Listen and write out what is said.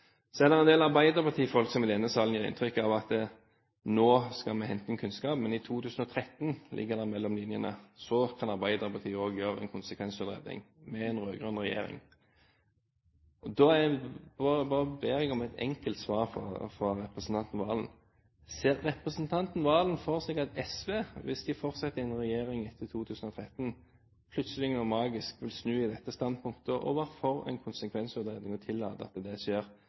Så er det en del arbeiderpartifolk i denne salen som gir inntrykk av at nå skal vi hente inn kunnskap, men i 2013, ligger det mellom linjene, kan Arbeiderpartiet også gjøre en konsekvensutredning, med en rød-grønn regjering. Jeg ber om et enkelt svar fra representanten Serigstad Valen: Ser representanten for seg at SV, hvis de fortsetter i en regjering etter 2013, plutselig og magisk vil snu i dette standpunktet og være for en konsekvensutredning, og tillate at det skjer